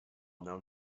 known